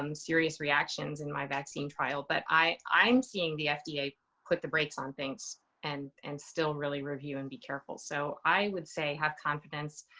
um serious reactions in my vaccine trial. but i i am seeing the fda put the brakes on things and and still really review and be careful. so i would say, have confidence,